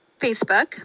Facebook